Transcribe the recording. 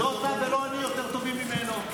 לא אתה ולא אני יותר טובים ממנו.